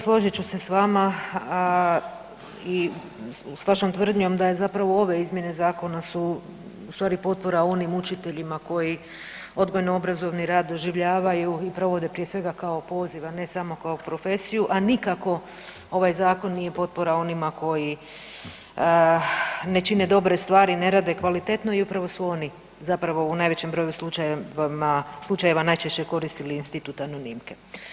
Složit ću se s vama i s vašom tvrdnjom da je zapravo, ove izmjene zakona su ustvari potpora onim učiteljima koji odgojno-obrazovni rad doživljaju i provode prije svega, kao poziv, a ne samo kao profesiju, a nikako ovaj zakon nije potpora onima koji ne čine dobre stvari, ne rade kvalitetno i upravo su oni zapravo u najvećem broju slučajeva najčešće koristili institut anonimke.